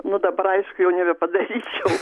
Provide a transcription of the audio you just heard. nu dabar aišku jau nebepadaryčiau